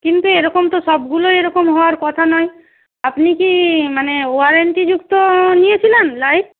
কিন্তু এরকম তো সবগুলো এরকম হওয়ার কথা নয় আপনি কি মানে ওয়ারেন্টিযুক্ত নিয়েছিলেন লাইট